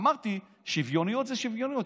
אמרתי: שוויוניות זה שוויוניות,